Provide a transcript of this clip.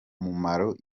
mumaro